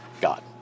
God